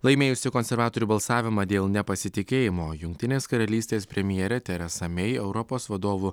laimėjusi konservatorių balsavimą dėl nepasitikėjimo jungtinės karalystės premjerė teresa mei europos vadovų